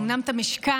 אומנם את המשכן,